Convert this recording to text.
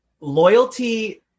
loyalty